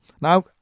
Now